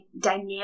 dynamic